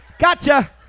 Gotcha